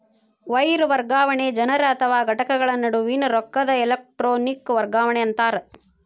wire ವರ್ಗಾವಣೆ ಜನರ ಅಥವಾ ಘಟಕಗಳ ನಡುವಿನ್ ರೊಕ್ಕದ್ ಎಲೆಟ್ರೋನಿಕ್ ವರ್ಗಾವಣಿ ಅಂತಾರ